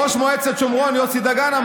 ראש מועצת שומרון יוסי דגן: